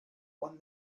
won